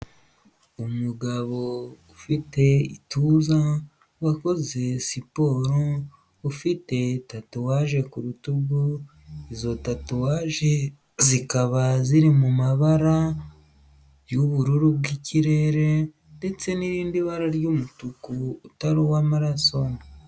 Umugabo ufite ituza wakoze siporo ufite tatouaje ku rutuguzo tatouage zikaba ziri mu mabara y'ubururu bw'ikirere ndetse n'irindi bara ry'umutuku utari uw'amaraso.